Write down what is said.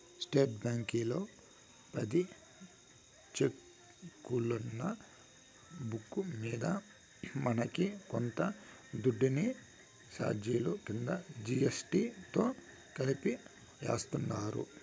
state బ్యాంకీలో పది సెక్కులున్న బుక్కు మింద మనకి కొంత దుడ్డుని సార్జిలు కింద జీ.ఎస్.టి తో కలిపి యాస్తుండారు